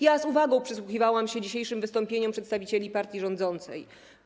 Ja z uwagą przysłuchiwałam się dzisiejszym wystąpieniom przedstawicieli partii rządzącej.